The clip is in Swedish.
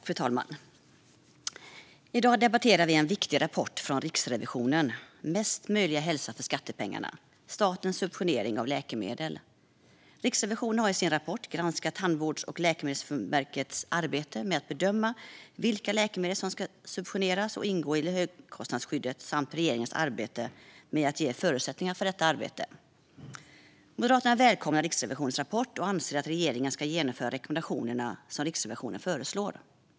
Fru talman! I dag debatterar vi en viktig rapport från Riksrevisionen, nämligen Mesta möjliga hälsa för skattepengarna - statens subventionering av läkemedel . Riksrevisionen har i sin rapport granskat Tandvårds och läkemedelsförmånsverkets arbete med att bedöma vilka läkemedel som ska subventioneras och ingå i högkostnadsskyddet samt regeringens arbete med att ge förutsättningar för detta arbete. Moderaterna välkomnar Riksrevisionens rapport och anser att regeringen ska genomföra de rekommendationer som Riksrevisionen föreslår.